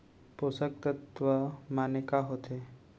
पोसक तत्व माने का होथे?